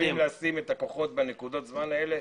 היינו חייבים לשים את הכוחות בנקודות הזמן האלה,